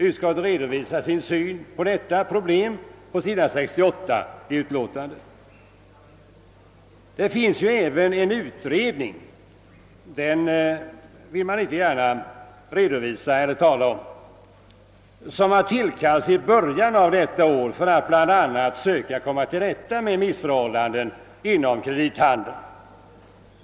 Utskottet har redovisat sin syn på detta problem på s. 68 i utlåtandet. Det finns även en utredning, men den vill opponenterna inte gärna redovisa eller tala om. Den tillkallades i början av detta år för att bl.a. söka komma till rätta med missförhållanden inom kredithandeln.